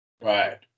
right